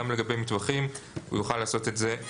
גם לגבי מטווחים הוא יוכל לעשות את זה,